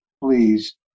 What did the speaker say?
please